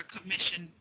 Commission